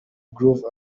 groove